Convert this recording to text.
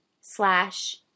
slash